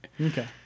okay